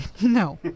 no